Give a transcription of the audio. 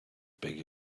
big